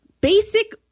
basic